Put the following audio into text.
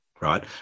right